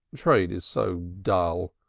trade is so dull.